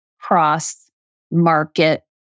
cross-market